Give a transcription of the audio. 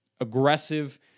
aggressive